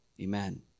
amen